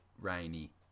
rainy